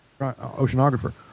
oceanographer